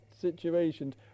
situations